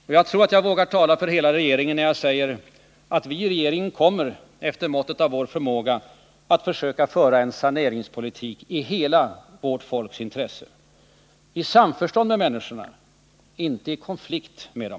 Och jag tror att jag vågar tala för hela regeringen när jag säger att vi i regeringen kommer att efter måttet av vår förmåga försöka föra en saneringspolitik i hela vårt folks intresse — i samförstånd med människorna, inte i konflikt med dem.